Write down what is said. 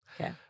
Okay